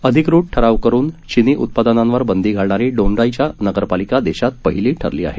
अधिकृत ठराव करुन चिनी उत्पादनांवर बंदी घालणारी दोंडाइचा नगरपालिका देशात पहिली ठरली आहे